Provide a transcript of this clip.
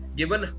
given